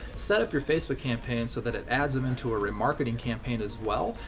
set up your facebook campaign so that it adds them into a remarketing campaign as well,